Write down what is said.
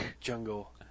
jungle